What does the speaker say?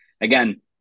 again